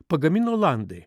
pagamino olandai